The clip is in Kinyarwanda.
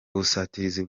ubusatirizi